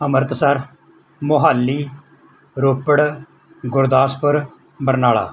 Amritsar Mohali Ropar Gurdaspur Barnala